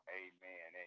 amen